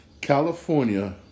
California